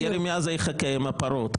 הירי מעזה יחכה עם הפרות.